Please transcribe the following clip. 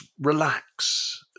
relax